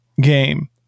game